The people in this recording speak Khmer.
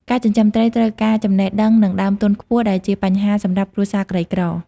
ការចិញ្ចឹមត្រី ត្រូវការចំណេះដឹងនិងដើមទុនខ្ពស់ ដែលជាបញ្ហាសម្រាប់គ្រួសារក្រីក្រ។